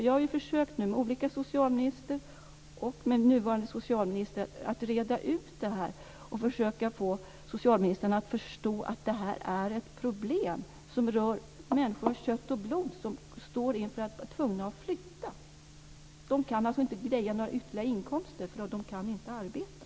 Jag har ju försökt att reda ut det här med olika socialministrar, och nu med den nuvarande, och försökt få dem att förstå att det här är ett problem som rör människor av kött och blod som står inför att de är tvungna att flytta. De kan alltså inte ordna några ytterligare inkomster, eftersom de inte kan arbeta.